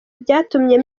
byatumye